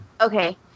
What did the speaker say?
Okay